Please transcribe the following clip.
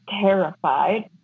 terrified